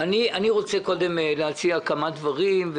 אני רוצה קודם להציע כמה דברים,